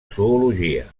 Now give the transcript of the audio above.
zoologia